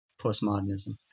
postmodernism